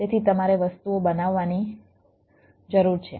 તેથી તમારે વસ્તુઓ બનાવવાની જરૂર છે